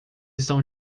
estão